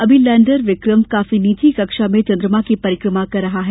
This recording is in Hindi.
अभी लैंडर विक्रम काफी नीची कक्षा में चंद्रमा की परिक्रमा कर रहा है